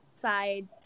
side